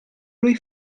lui